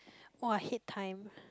[wah] I hate time